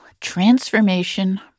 Transformation